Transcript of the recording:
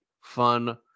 fun